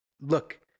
look